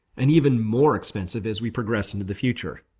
and even more expensive as we progress into the future.